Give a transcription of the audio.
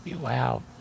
wow